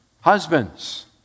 Husbands